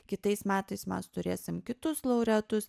kitais metais mes turėsim kitus laureatus